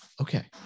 Okay